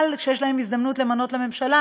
אבל כשיש להם הזדמנות למנות לממשלה